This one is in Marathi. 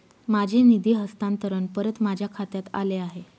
माझे निधी हस्तांतरण परत माझ्या खात्यात आले आहे